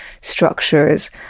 structures